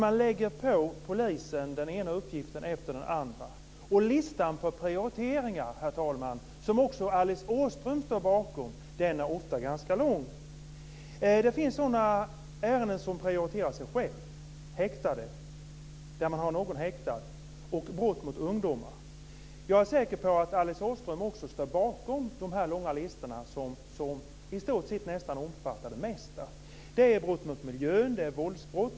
Man lägger på polisen den ena uppgiften efter den andra. Listan på prioriteringar, herr talman, som också Alice Åström står bakom, är ofta ganska lång. Det finns ärenden som prioriterar sig själva. Det gäller häktade och brott mot ungdomar. Jag är säker på att Alice Åström också står bakom dessa långa listor, som i stort sett omfattar det mesta. Det är brott mot miljön. Det är våldsbrott.